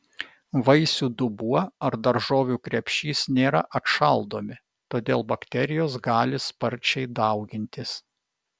vaisių dubuo ar daržovių krepšys nėra atšaldomi todėl bakterijos gali sparčiai daugintis